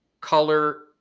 color